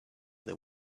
they